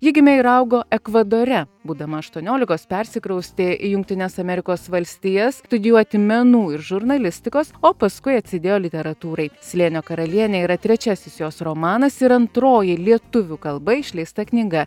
ji gimė ir augo ekvadore būdama aštuoniolikos persikraustė į jungtines amerikos valstijas studijuoti menų ir žurnalistikos o paskui atsidėjo literatūrai slėnio karalienė yra trečiasis jos romanas ir antroji lietuvių kalba išleista knyga